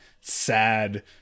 sad